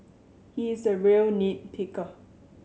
he is a real nit picker